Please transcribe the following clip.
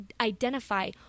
identify